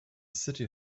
city